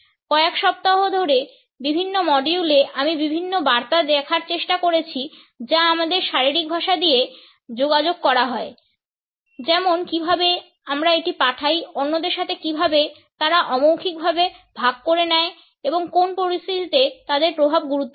কয়েক সপ্তাহ ধরে বিভিন্ন মডিউলে আমি বিভিন্ন বার্তা দেখার চেষ্টা করেছি যা আমাদের শারীরিক ভাষা দিয়ে যোগাযোগ করা হয় যেমন কীভাবে আমরা এটি পাঠাই অন্যদের সাথে কীভাবে তারা অমৌখিকভাবে ভাগ করে নেয় এবং কোন পরিস্থিতিতে তাদের প্রভাব গুরুত্বপূর্ণ